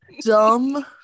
Dumb